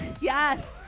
yes